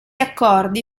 accordi